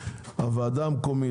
הוועדה המקומית,